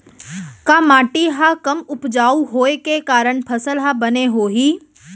का माटी हा कम उपजाऊ होये के कारण फसल हा बने होही?